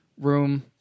room